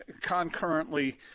concurrently